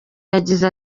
yagize